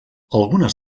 algunes